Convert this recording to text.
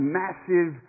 massive